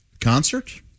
Concert